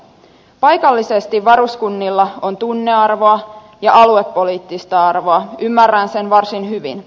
paikallisesti varuskunnilla on tunnearvoa ja aluepoliittista arvoa ymmärrän sen varsin hyvin